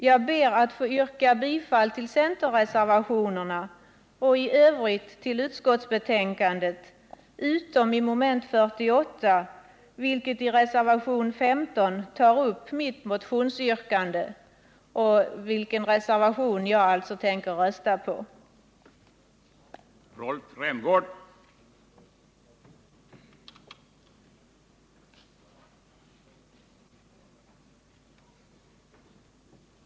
Jag ber att få yrka bifall till centerreservationerna och i övrigt till utskottets hemställan i betänkandet utom vad gäller mom. 48, där jag yrkar bifall till reservationen 15 som tar upp mitt motionsyrkande.